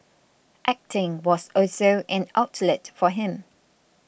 acting was also an outlet for him